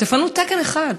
תפנו תקן אחד,